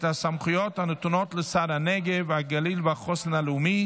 הסמכויות הנתונות לשר הנגב והגליל והחוסן הלאומי,